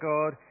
God